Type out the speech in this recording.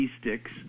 sticks